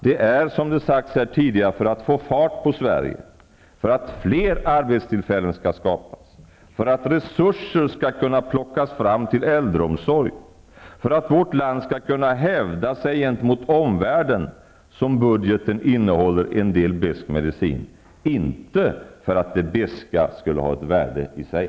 Det är, som det har sagts tidigare, för att få fart på Sverige, för att fler arbetstillfällen skall skapas, för att resurser skall kunna plockas fram till äldreomsorg, för att vårt land skall kunna hävda sig gentemot omvärlden, som budgeten innehåller en del besk medicin -- inte för att det beska skulle ha ett värde i sig.